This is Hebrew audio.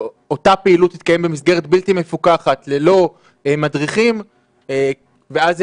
שאותה פעילות תתקיים במסגרת בלתי-מפוקחת ללא מדריכים ואז זה